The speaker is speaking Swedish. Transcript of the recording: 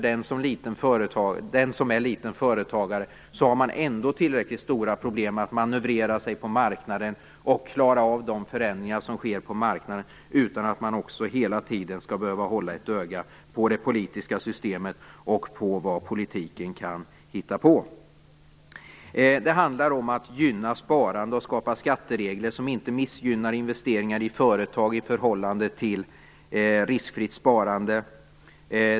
Den som är småföretagare har tillräckligt stora problem med att manövrera sig på marknaden och med att klara av de förändringar som sker på marknaden. Man skall inte dessutom hela tiden behöva hålla ett öga på det politiska systemet och på vad politikerna kan hitta på. Det handlar om att gynna sparande och skapa skatteregler som inte missgynnar investeringar i företag i förhållande till riskfritt sparande.